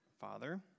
Father